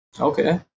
Okay